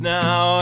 now